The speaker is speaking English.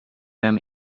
them